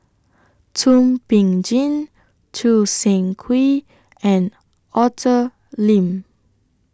Thum Ping Tjin Choo Seng Quee and Arthur Lim